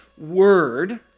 word